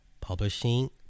publishing